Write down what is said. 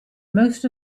most